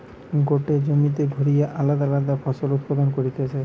গটে জমিতে ঘুরিয়ে আলদা আলদা ফসল উৎপাদন করতিছে